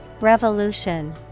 Revolution